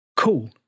Cool